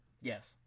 Yes